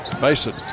Mason